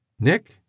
Nick